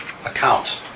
account